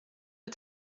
aux